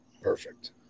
Perfect